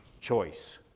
choice